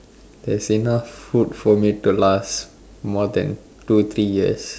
there's enough food for me to last more than two three years